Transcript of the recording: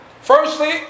Firstly